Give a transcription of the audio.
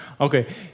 Okay